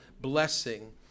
blessing